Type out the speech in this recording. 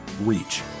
reach